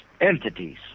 entities